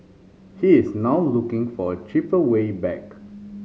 he is now looking for a cheaper way back